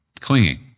clinging